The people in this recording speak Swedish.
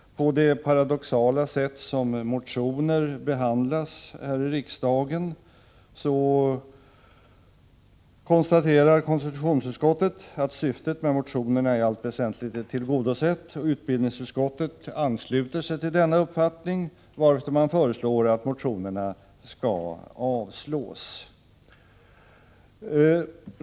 På det paradoxala sätt som motioner behandlas här i riksdagen, konstaterar konstitutionsutskottet att syftet med motionerna i allt väsentligt är tillgodosett. Utbildningsutskottet ansluter sig till denna uppfattning, varefter man föreslår att motionerna skall avslås.